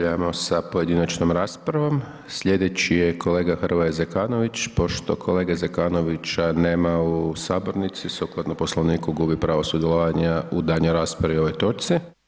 Nastavljamo sa pojedinačnom raspravom, sljedeći je kolega Hrvoje Zekanović, pošto kolege Zekanovića nema u Sabornici, sukladno Poslovniku gubi pravo sudjelovanja u daljnjoj raspravi o ovoj točci.